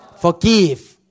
Forgive